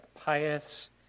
pious